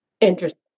Interesting